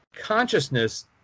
consciousness